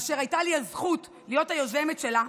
אשר הייתה לי הזכות להיות היוזמת שלה,